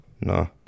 No